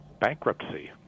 bankruptcy